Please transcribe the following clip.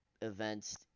events